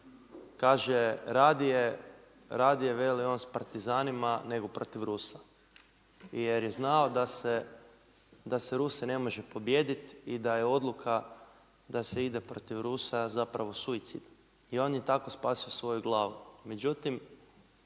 kaže radije veli on s partizanima nego protiv Rusa, jer je znao da se Ruse ne može pobijediti i da je odluka da se ide protiv Rusa zapravo suicidna. I on je tako spasio svoju glavu.